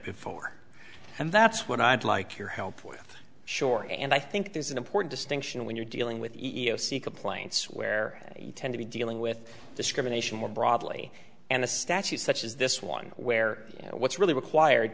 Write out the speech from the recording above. before and that's what i'd like your help with sure and i think there's an important distinction when you're dealing with the e e o c complaints where you tend to be dealing with discrimination more broadly and a statute such as this one where you know what's really required